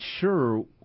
sure